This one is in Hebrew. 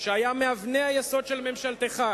כשהם בממשלה,